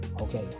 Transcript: okay